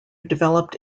developed